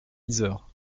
yzeure